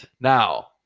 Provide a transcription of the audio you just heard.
Now